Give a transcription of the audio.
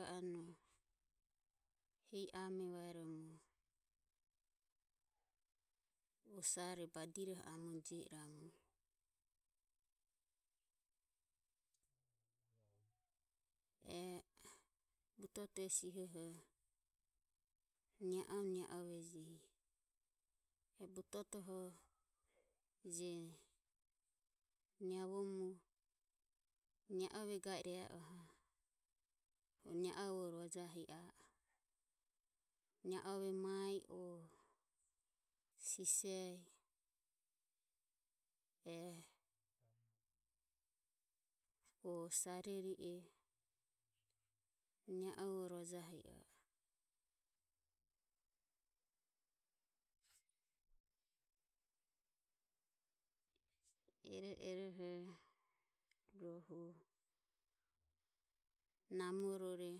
Ga anue, hehi ame vaeromo osare badiro amomo jio iramu. e butoto hesi ihoho nia avue nia avue ji. Butotoho je niavomo je nia avue ga ireoho neavoho rojahi a e nia avue mae o sise o sareri e nia vue rojahi a e. ero eroho namorore